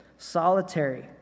solitary